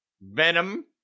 Venom